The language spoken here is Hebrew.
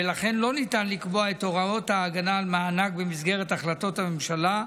ולכן לא ניתן לקבוע את הוראות ההגנה על מענק במסגרת החלטות הממשלה,